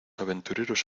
aventureros